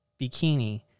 bikini